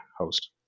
host